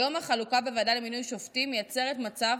כיום החלוקה בוועדה למינוי שופטים מייצרת מצב